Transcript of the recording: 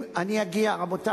רבותי,